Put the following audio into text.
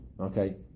okay